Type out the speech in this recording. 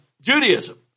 Judaism